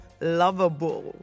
lovable